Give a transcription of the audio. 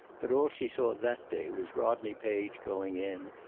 but all she saw that day was rodney page going in,